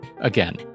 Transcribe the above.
Again